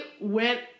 went